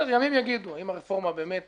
ימים יגידו האם הרפורמה באמת